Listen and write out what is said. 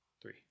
Three